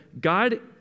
God